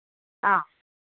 অঁ